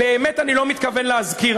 באמת אני לא מתכוון להזכיר,